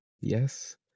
yes